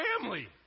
family